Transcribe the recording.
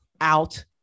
out